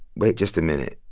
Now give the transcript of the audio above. wait just a minute.